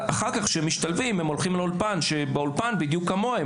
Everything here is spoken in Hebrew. כשמשתלבים הולכים לאולפן ששם בדיוק כמוהם,